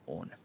on